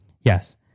Yes